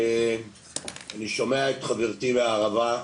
אני שומע את חברתי מהערבה,